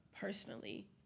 personally